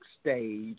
stage